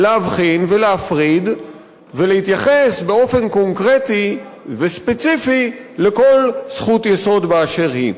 להבחין ולהפריד ולהתייחס באופן קונקרטי וספציפי לכל זכות יסוד באשר היא.